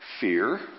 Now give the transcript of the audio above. fear